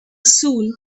soon